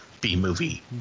B-movie